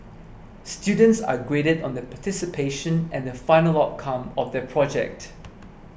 students are graded on their participation and the final outcome of the project